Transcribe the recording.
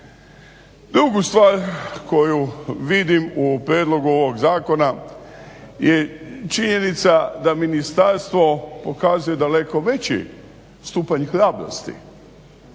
Drugu stvar koju vidim u prijedlogu ovog zakona je činjenica da ministarstvo pokazuje daleko veći stupanj hrabrosti